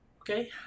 Okay